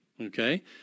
Okay